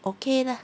okay lah